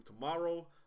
tomorrow